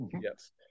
Yes